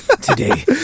today